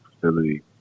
facility